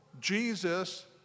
Jesus